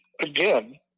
again